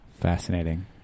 Fascinating